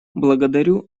благодарю